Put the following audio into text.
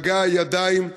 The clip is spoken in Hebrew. מגע הידיים,